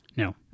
No